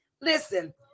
Listen